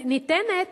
ניתנת